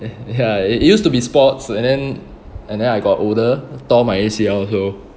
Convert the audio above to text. eh ya it it used to be sports and then and then I got older tore my A_C_L also